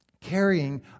carrying